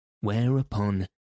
whereupon